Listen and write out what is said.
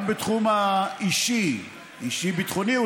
גם בתחום האישי, אישי-ביטחוני,